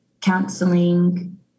counseling